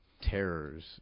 terrors